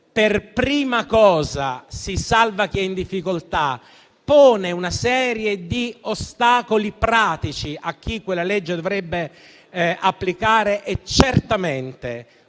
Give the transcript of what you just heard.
per prima cosa si salva chi è in difficoltà e che pone una serie di ostacoli pratici a chi quella legge dovrebbe applicare è certamente